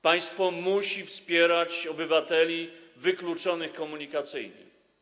Państwo musi wspierać obywateli wykluczonych komunikacyjnie.